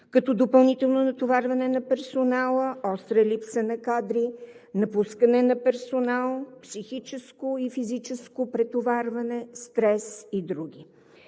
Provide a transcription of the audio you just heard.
като допълнително натоварване на персонала, остра липса на кадри, напускане на персонал, психическо и физическо претоварване, стрес и други.